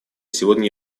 сегодня